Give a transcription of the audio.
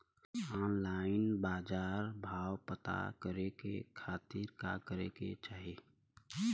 Online बाजार भाव पता करे के खाती का करे के चाही?